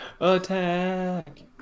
Attack